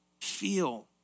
feel